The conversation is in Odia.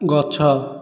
ଗଛ